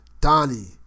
Donnie